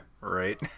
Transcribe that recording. Right